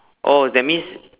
oh that means